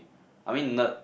I mean nerd